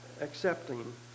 accepting